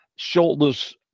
Shoulders